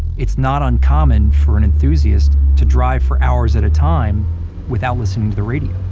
it's not uncommon for an enthusiast to drive for hours at a time without listening to the radio,